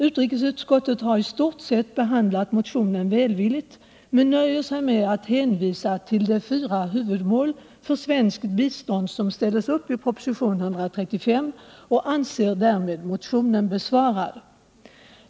Utrikesutskottet har i stort sett behandlat motionen välvilligt men nöjer sig med att hänvisa till de fyra huvudmål för svenskt bistånd som ställs upp i propositionen 135 och anser därmed motionen besvarad.